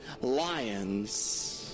lions